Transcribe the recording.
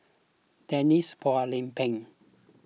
Denise Phua Lay Peng